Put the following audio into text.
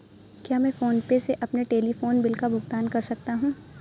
क्या मैं PhonePe से अपने टेलीफोन बिल का भुगतान कर सकता हूँ?